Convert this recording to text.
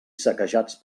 saquejats